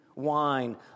wine